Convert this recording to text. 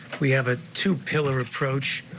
we have ah two pillar approach.